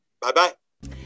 Bye-bye